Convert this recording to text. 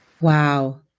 Wow